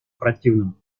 противном